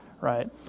right